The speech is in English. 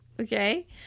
okay